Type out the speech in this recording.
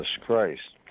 Christ